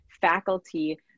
faculty